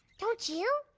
don't you?